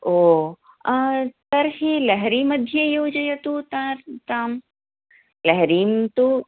ओ तर्हि लहरीमध्ये योजयतु ता तां लहरीं तु